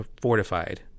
fortified